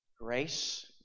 Grace